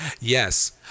Yes